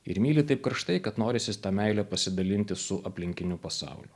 ir myli taip karštai kad norisi tą meilę pasidalinti su aplinkiniu pasauliu